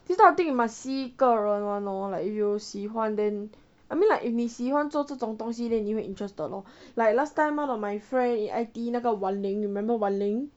this type of thing you must see 个人 [one] lor if you 喜欢 then I mean like if 你喜欢这种东西 then 你会 interested lor like last time one of my friend in I_T_E 那个 wan ling remember wan ling